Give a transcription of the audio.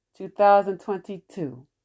2022